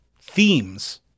themes